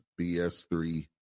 BS3